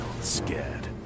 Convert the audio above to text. scared